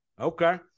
Okay